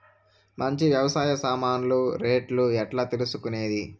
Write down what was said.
మంచి వ్యవసాయ సామాన్లు రేట్లు ఎట్లా తెలుసుకునేది?